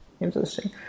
interesting